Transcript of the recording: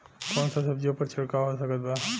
कौन सा सब्जियों पर छिड़काव हो सकत बा?